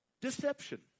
Deception